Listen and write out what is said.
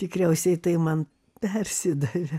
tikriausiai tai man persidavė